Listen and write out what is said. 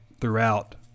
throughout